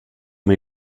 may